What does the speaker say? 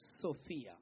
Sophia